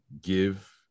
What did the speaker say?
give